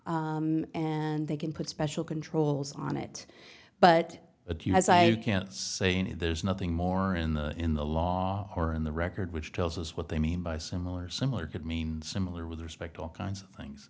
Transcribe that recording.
they can put special controls on it but it has i can't say there's nothing more in the in the law or in the record which tells us what they mean by similar similar could mean similar with respect to all kinds of things